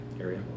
area